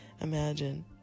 imagine